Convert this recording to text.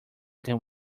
than